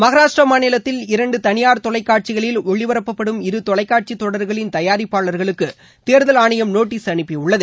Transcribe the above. மகாராஷ்டிரா மாநிலத்தில் இரண்டு தனியார் தொலைக்காட்சிகளில் ஒளிப்பரப்பட்படும் இரு தொலைக்காட்சி தொடர்களின் தயாரிப்பாளர்களுக்கு தேர்தல் ஆணையம் நோட்டீஸ் அனுப்பியுள்ளது